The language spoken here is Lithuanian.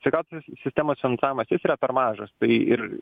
sveikatos sistemos finansavimas jis yra per mažas tai ir